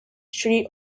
sri